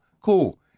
Cool